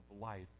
life